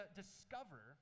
discover